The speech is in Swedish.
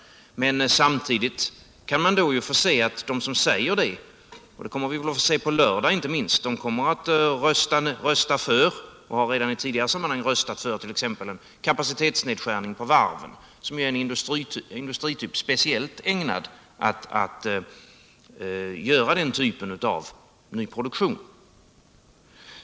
Men samtidigt kan man få se att de som säger det t.ex. på lördag kommer att rösta för — de har redan i tidigare sammanhang gjort det — en kapacitetsnedskärning på varven, som ju är en industrigren speciellt ägnad att göra den typen av nyproduktion.